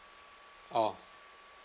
oh